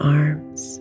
arms